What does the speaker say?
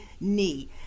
knee